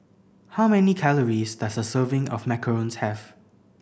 how many calories does a serving of Macarons have